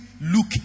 look